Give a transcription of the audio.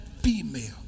female